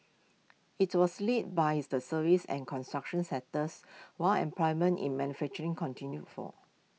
IT was led by the services and construction sectors while employment in manufacturing continued fall